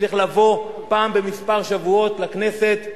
צריך לבוא פעם במספר שבועות לכנסת,